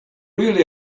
really